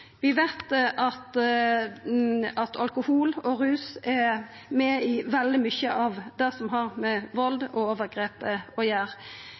Vi veit at alkohol og rus er med i veldig mykje av det som har med vald og overgrep å